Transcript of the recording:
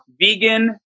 vegan